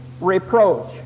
reproach